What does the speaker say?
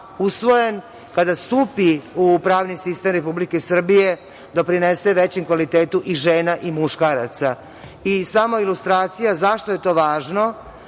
usvojen. Kada stupi u pravni sistem Republike Srbije doprinese većem kvalitetu i žena i muškaraca. I samo ilustracija zašto je to važno?